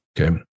Okay